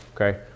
Okay